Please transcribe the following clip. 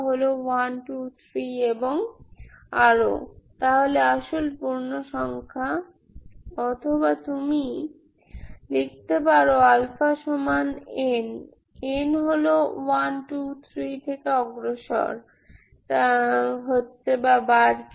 হয় 1 2 3 এবং আরও তাহলে আসল পূর্ণসংখ্যা অথবা তুমি লিখতে পারো αn n হল 1 2 3 থেকে অগ্রসর হচ্ছে